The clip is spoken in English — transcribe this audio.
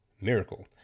Miracle